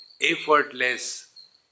effortless